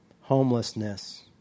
homelessness